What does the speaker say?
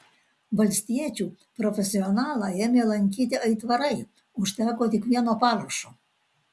valstiečių profesionalą ėmė lankyti aitvarai užteko tik vieno parašo